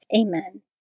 Amen